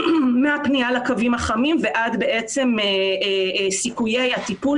מהפניה לקווים החמים ועד סיכויי הטיפול